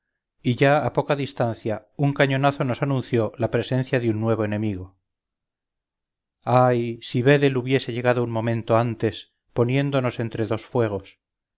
y ya a poca distancia un cañonazo nos anunció la presencia de un nuevo enemigo ay si vedel hubiese llegado un momento antes poniéndonos entre dos fuegos